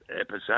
episode